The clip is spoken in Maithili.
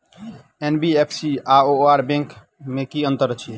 एन.बी.एफ.सी आओर बैंक मे की अंतर अछि?